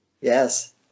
yes